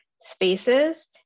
spaces